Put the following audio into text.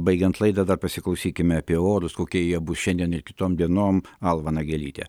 baigiant laidą dar pasiklausykime apie orus kokie jie bus šiandien ir kitom dienom alma nagelytė